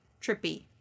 Trippy